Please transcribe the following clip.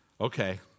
Okay